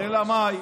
אלא מאי,